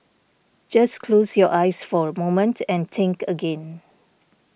just close your eyes for a moment and think again